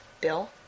Bill